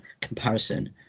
comparison